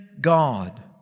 God